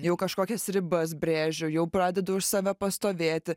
jau kažkokias ribas brėžiu jau pradedu už save pastovėti